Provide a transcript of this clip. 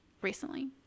recently